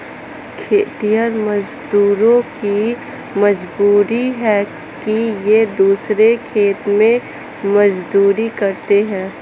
खेतिहर मजदूरों की मजबूरी है कि वे दूसरों के खेत में मजदूरी करते हैं